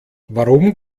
warum